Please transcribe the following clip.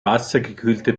wassergekühlte